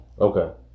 okay